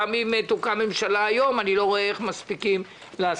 גם אם תוקם ממשלה היום אני לא רואה איך מספיקים לעשות